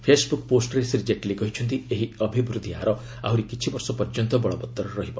Facebook ପୋଷ୍ଟ୍ରେ ଶ୍ରୀ ଜେଟ୍ଲୀ କହିଛନ୍ତି ଏହି ଅଭିବୃଦ୍ଧି ହାର ଆହୁରି କିଛି ବର୍ଷ ପର୍ଯ୍ୟନ୍ତ ବଳବତ୍ତର ରହିବ